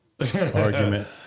argument